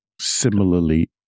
Similarly